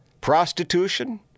prostitution